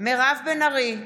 מירב בן ארי,